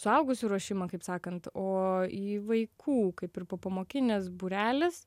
suaugusių ruošimą kaip sakant o į vaikų kaip ir popamokinis būrelis